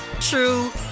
true